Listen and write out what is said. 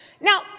Now